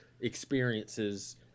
experiences